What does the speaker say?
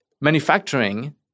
manufacturing